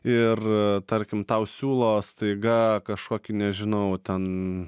ir tarkim tau siūlo staiga kažkokį nežinau ten